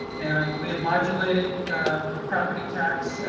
and we have modulated the property tax